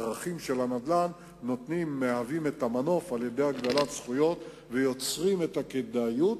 רכיב הנדל"ן הוא המנוף: בהגדלת זכויות יוצרים את הכדאיות,